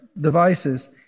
devices